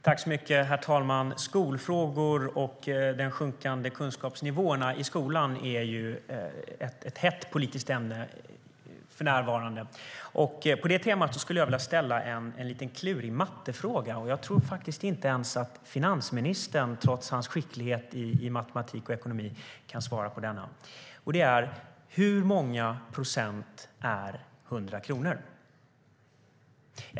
Herr talman! Skolfrågorna och de sjunkande kunskapsnivåerna i skolan är ett hett politiskt ämne för närvarande. På det temat skulle jag vilja ställa en klurig liten mattefråga. Jag tror faktiskt inte att ens finansministern, trots hans skicklighet i matematik och ekonomi, kan svara på den. Frågan lyder: Hur många procent är 100 kronor?